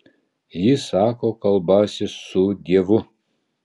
jis sako kalbąsis su dievu